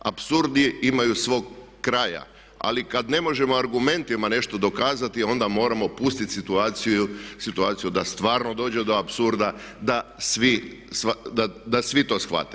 Apsurdi imaju svog kraja, ali kad ne možemo argumentima nešto dokazati, onda moramo pustit situaciju da stvarno dođe do apsurda, da svi to shvate.